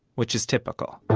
which is typical